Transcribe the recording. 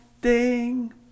ding